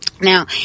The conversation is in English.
Now